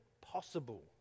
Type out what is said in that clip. Possible